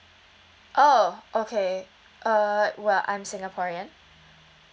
oh okay uh well I'm singaporean